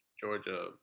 Georgia